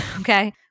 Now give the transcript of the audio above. okay